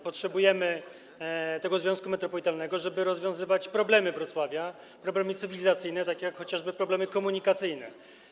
Potrzebujemy tego związku metropolitalnego, żeby rozwiązywać problemy Wrocławia, problemy cywilizacyjne, takie jak chociażby problemy komunikacyjne.